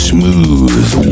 Smooth